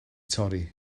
torri